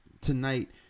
Tonight